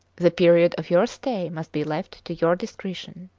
the period of your stay must be left to your discretion.